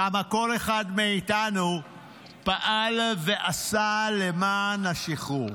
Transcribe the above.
כמה כל אחד מאיתנו פעל ועשה למען השחרור.